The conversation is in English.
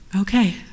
okay